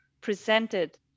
presented